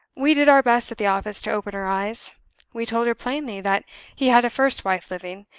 we did our best at the office to open her eyes we told her plainly that he had a first wife living,